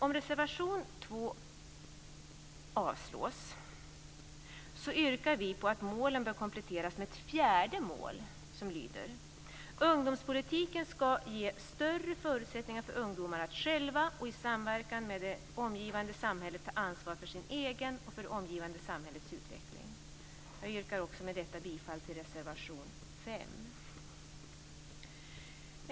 Om reservation 2 avslås yrkar vi på att målen bör kompletteras med ett fjärde mål som lyder: Ungdomspolitiken ska ge större förutsättningar för ungdomar att själva och i samverkan med det omgivande samhället ta ansvar för sin egen och för det omgivande samhällets utveckling. Jag yrkar med detta bifall också till reservation 5.